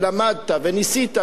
ולמדת וניסית,